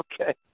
Okay